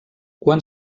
quan